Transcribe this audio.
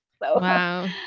Wow